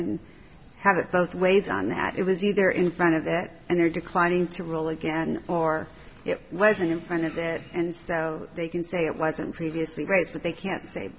can have it both ways on that it was either in front of that and they're declining to roll again or it wasn't in front of it and they can say it wasn't previously great but they can't say